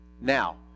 Now